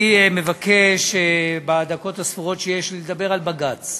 אני מבקש בדקות הספורות שיש לי לדבר על בג"ץ.